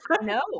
no